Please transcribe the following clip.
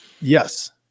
Yes